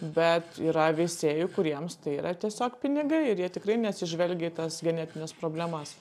bet yra veisėjų kuriems tai yra tiesiog pinigai ir jie tikrai neatsižvelgia į tas genetines problemas